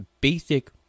basic